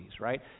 right